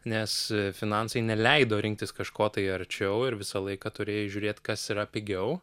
nes finansai neleido rinktis kažko tai arčiau ir visą laiką turėjai žiūrėti kas yra pigiau